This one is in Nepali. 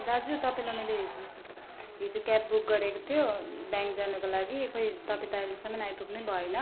दाजु तपाईँलाई मैले हिजो हिजो क्याब बुक गरेको थियो ब्याङ्क जानको लागि खोई तपाईँ त अहिलेसम्म आइपुग्नै भएन